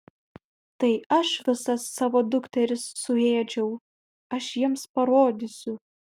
tai aš visas savo dukteris suėdžiau aš jiems parodysiu